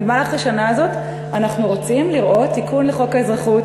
אנחנו במהלך השנה הזאת רוצים לראות תיקון לחוק האזרחות